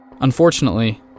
Unfortunately